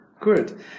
good